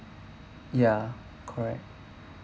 ya correct